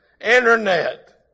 Internet